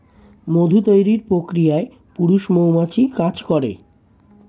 মধু তৈরির প্রক্রিয়ায় পুরুষ মৌমাছি কাজ করে